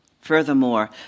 Furthermore